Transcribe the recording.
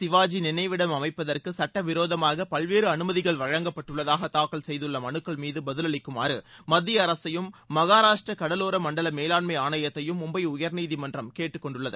சிவாஜி நினைவிடம் சுட்டவிரோதமாக பல்வேறு வீர அமைப்பதற்கு அனுமதிகள் வழங்கப்பட்டுள்ளதாக தாக்கல் செய்தள்ள மலுக்கள் மீது பதிலளிக்குமாறு மத்திய அரசையும் மகாராஷ்டிரா கடலோர மண்டல மேலாண்மை ஆணையத்தையும் பாம்பே உயர்நீதிமன்றும் கேட்டுக்கொண்டள்ளது